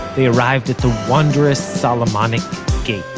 they arrived at the wondrous solomonic gate.